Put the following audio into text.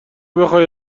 بخای